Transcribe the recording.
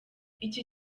iki